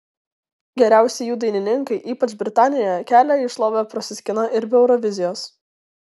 geriausi jų dainininkai ypač britanijoje kelią į šlovę prasiskina ir be eurovizijos